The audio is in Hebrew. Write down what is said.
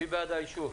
מי בעד האישור?